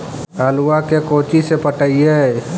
आलुआ के कोचि से पटाइए?